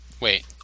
Wait